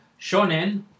shonen